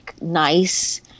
nice